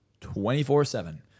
24-7